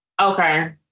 Okay